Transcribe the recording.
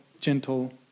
gentle